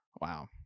Wow